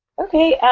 okay, yeah